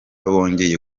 bongeye